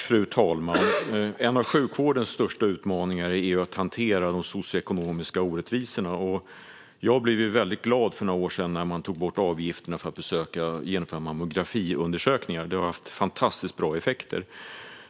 Fru talman! En av sjukvårdens största utmaningar är att hantera de socioekonomiska orättvisorna. Jag blev väldigt glad när man för några år sedan tog bort avgifterna för att genomföra mammografiundersökningar. Det har haft fantastiskt bra effekter.